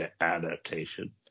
adaptation